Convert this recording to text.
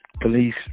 Police